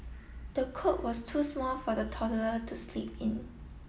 the cot was too small for the toddler to sleep in